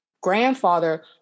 grandfather